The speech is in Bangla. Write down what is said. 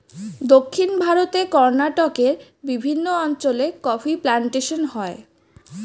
দক্ষিণ ভারতে কর্ণাটকের বিভিন্ন অঞ্চলে কফি প্লান্টেশন হয়